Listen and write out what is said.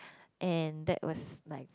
and that was like